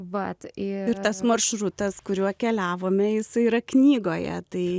vat ir tas maršrutas kuriuo keliavome jisai yra knygoje tai